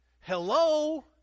Hello